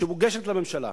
שמוגשת לממשלה,